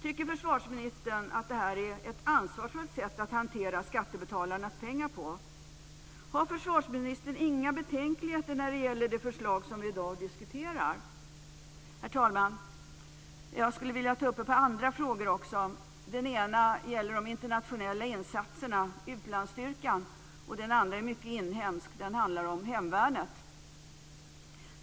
Tycker försvarsministern att detta är ett ansvarsfullt sätt att hantera skattebetalarnas pengar på? Har försvarsministern inga betänkligheter när det gäller det förslag som vi i dag diskuterar? Herr talman! Jag skulle vilja ta upp ett par andra frågor också. Den ena gäller de internationella insatserna, utlandsstyrkan. Den andra är mycket inhemsk. Den handlar om hemvärnet.